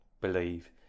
believe